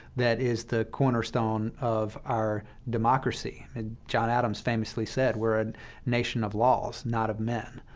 that is the cornerstone of our democracy. and john adams famously said, we're a nation of laws, not of men.